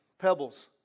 pebbles